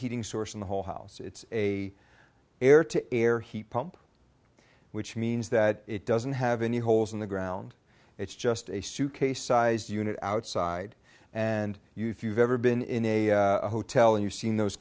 heating source in the whole house it's a air to air heat pump which means that it doesn't have any holes in the ground it's just a suitcase sized unit outside and you've ever been in a hotel and you've seen those